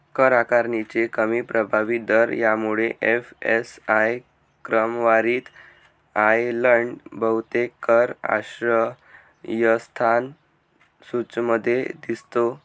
कर आकारणीचे कमी प्रभावी दर यामुळे एफ.एस.आय क्रमवारीत आयर्लंड बहुतेक कर आश्रयस्थान सूचीमध्ये दिसतो